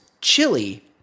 Chili